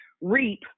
reap